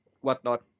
whatnot